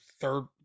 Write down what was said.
third